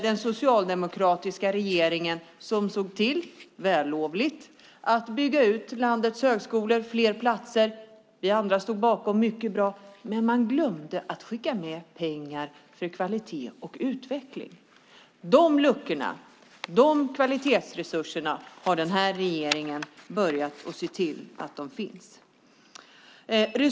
Den socialdemokratiska regeringen såg - vällovligt - till att bygga ut landets högskolor med fler platser. Vi andra stod bakom det, för det var mycket bra. Men man glömde att skicka med pengar till kvalitet och utveckling. Beträffande de luckorna har den här regeringen börjat se till att det finns kvalitetsresurser.